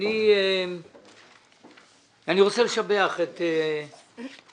אני רוצה לשבח את הממשלה,